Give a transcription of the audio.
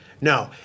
no